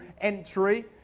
entry